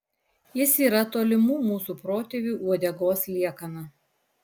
jis yra tolimų mūsų protėvių uodegos liekana